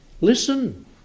Listen